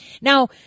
Now